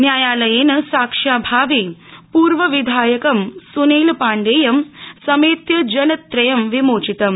न्यायालयेन साक्ष्याभावे पूर्व विधायक स्नेल पाण्डेयम् समेत्य जनत्रयं विमोचितम्